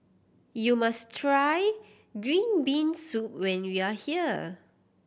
you must try green bean soup when you are here